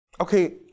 Okay